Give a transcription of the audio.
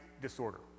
disorder